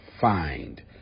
find